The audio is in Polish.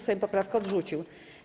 Sejm poprawkę odrzucił.